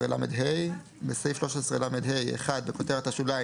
בסעיף 13לה - 13לה בכותרת השוליים,